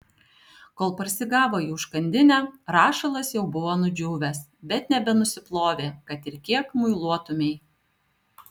kol parsigavo į užkandinę rašalas jau buvo nudžiūvęs bet nebenusiplovė kad ir kiek muiluotumei